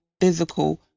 physical